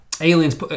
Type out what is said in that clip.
aliens